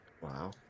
Wow